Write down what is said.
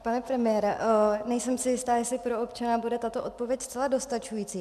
Pane premiére, nejsem si jista, jestli pro občana bude tato odpověď zcela dostačující.